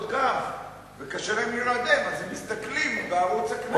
גב וקשה להם להירדם ולכן הם מסתכלים בערוץ הכנסת.